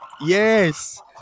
Yes